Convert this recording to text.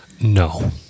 No